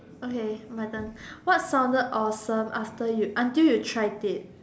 okay my turn what sounded awesome after you until you tried it